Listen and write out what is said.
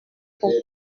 pour